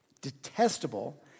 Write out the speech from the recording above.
Detestable